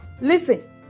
Listen